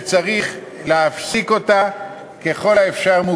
שצריך להפסיק אותה מוקדם ככל האפשר.